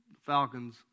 Falcons